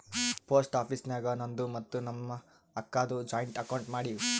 post office ನಾಗ್ ನಂದು ಮತ್ತ ನಮ್ ಅಕ್ಕಾದು ಜಾಯಿಂಟ್ ಅಕೌಂಟ್ ಮಾಡಿವ್